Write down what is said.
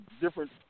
different